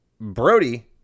Brody